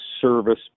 service